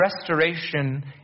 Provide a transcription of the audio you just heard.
restoration